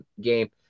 game